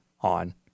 on